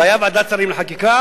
רבותי חברי הכנסת,